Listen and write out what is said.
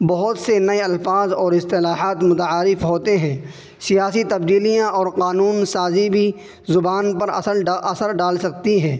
بہت سے نئے الفاظ اور اصطلاحات متعارف ہوتے ہیں سیاسی تبدیلیاں اور قانون سازی بھی زبان پر اثر اثر ڈال سکتی ہے